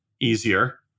easier